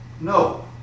No